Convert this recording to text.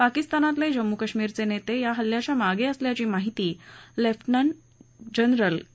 पाकिस्तानतले जम्मू कश्मिरचे नेते या हल्ल्याच्या मागे असल्याची माहिती लेफ्टनंट जनरल के